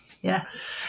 yes